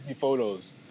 photos